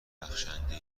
بخشنده